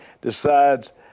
decides